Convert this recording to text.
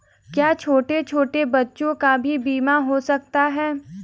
क्या छोटे छोटे बच्चों का भी बीमा हो सकता है?